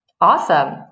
Awesome